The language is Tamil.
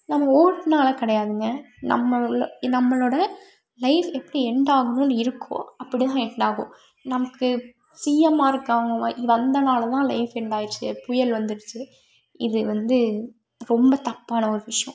நம்ம வோட்னால் கிடையாதுங்க நம்ம உள்ள நம்மளோட லைஃப் எப்டி எண்ட் ஆகணும்ன்னு இருக்கோ அப்படிதான் எண்டாகும் நமக்கு சீஎம்மாக இருக்கவங்க வந்தனால்தான் லைஃப் எண்டாகிடுச்சி புயல் வந்துடுச்சி இது வந்து ரொம்ப தப்பான ஒரு விஷயம்